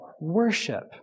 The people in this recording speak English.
worship